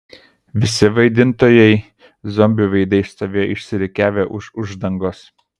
visi vaidintojai zombių veidais stovėjo išsirikiavę už uždangos